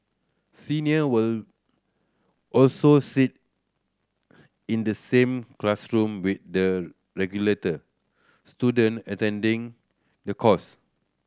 senior will also sit in the same classroom with the student attending the course